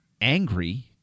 angry